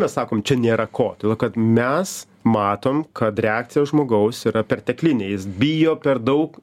mes sakom čia nėra ko todėl kad mes matom kad reakcija žmogaus yra pertekliniai jis bijo per daug